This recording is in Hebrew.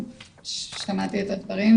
שמעתי את הדברים,